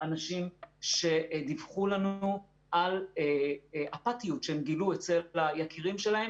אנשים שדיווחו לנו על אפתיות שהם גילו אצל היקירים שלהם,